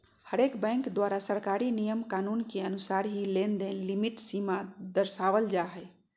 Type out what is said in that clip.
हरेक बैंक द्वारा सरकारी नियम कानून के अनुसार ही लेनदेन लिमिट सीमा दरसावल जा हय